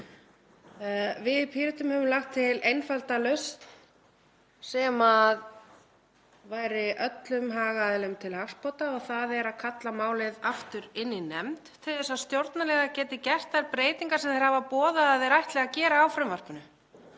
Við í Pírötum höfum lagt til einfalda lausn sem væri öllum hagaðilum til hagsbóta og það er að kalla málið aftur inn í nefnd til þess að stjórnarliðar geti gert þær breytingar sem þeir hafa boðað að þeir ætli að gera á frumvarpinu.